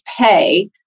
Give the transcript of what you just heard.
pay